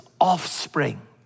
offspring